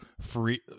free